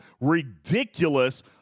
ridiculous